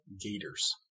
Gators